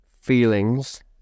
feelings